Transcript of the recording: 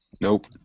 Nope